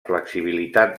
flexibilitat